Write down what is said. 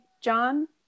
john